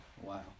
Wow